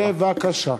בבקשה.